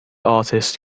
artists